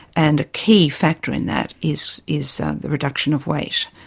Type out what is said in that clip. and a key factor in that is is the reduction of weight.